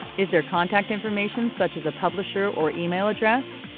is there contact information such as a publisher or email address?